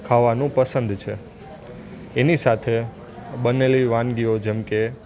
ખાવાનું પસંદ છે એની સાથે બનેલી વાનગીઓ જેમ કે